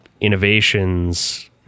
innovations